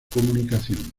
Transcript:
comunicación